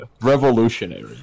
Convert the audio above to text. Revolutionary